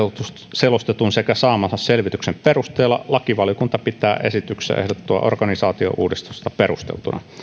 selostetun sekä saamansa selvityksen perusteella lakivaliokunta pitää esityksessä ehdotettua organisaatiouudistusta perusteltuna